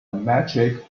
metric